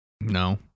No